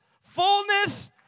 fullness